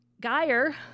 Geyer